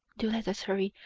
do let us hurry.